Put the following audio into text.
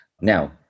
Now